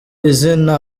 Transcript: izina